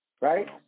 right